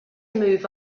move